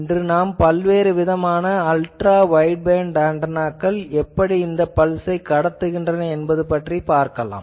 இன்று நாம் பல்வேறு விதமான அல்ட்ரா வைட்பேண்ட் ஆன்டெனாக்கள் எப்படி இந்த பல்ஸ் ஐ கடத்துகின்றன என்பது பற்றிப் பார்க்கலாம்